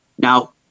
now